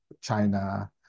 China